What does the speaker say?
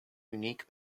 unique